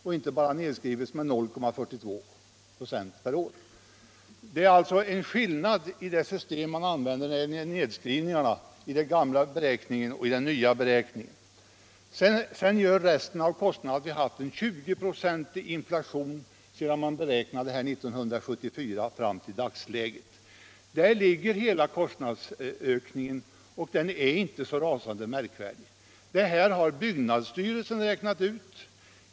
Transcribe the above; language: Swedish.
Nu skrivs det ned med bara 0,42 26 per år. Resten av kostnaderna beror på att vi har haft en 20-procentig inflation sedan kostnaderna beräknades 1974 fram till dagsläget. Där ligger hela kostnadsökningen, och den är inte så rasande märkvärdig. Detta har byggnadsstyrelsen alltså räknat ut.